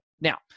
now